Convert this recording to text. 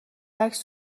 عکس